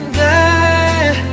die